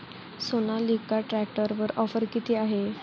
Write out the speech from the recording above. सोनालिका ट्रॅक्टरवर ऑफर किती आहे?